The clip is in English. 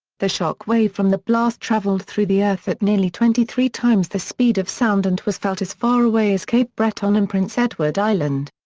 the shock wave from the blast travelled through the earth at nearly twenty three times the speed of sound and was felt as far away as cape breton and prince edward island.